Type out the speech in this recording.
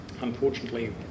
Unfortunately